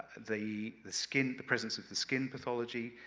the the skin the presence of the skin pathology,